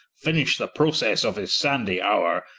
finish the processe of his sandy houre,